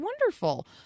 wonderful